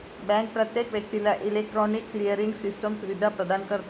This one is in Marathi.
बँक प्रत्येक व्यक्तीला इलेक्ट्रॉनिक क्लिअरिंग सिस्टम सुविधा प्रदान करते